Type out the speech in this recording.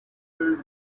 filled